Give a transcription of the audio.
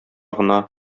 гына